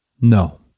No